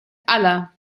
aller